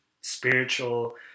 spiritual